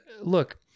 look